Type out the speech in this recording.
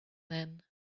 then